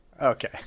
Okay